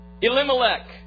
Elimelech